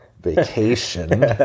Vacation